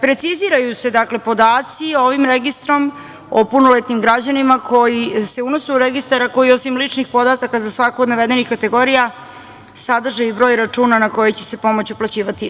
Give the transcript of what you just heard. Preciziraju se podaci ovim registrom o punoletnim građanima koji se unose u registar, a koji osim ličnih podataka za svaku od navedenih kategorija, sadrže i broj računa na koji će se pomoć uplaćivati.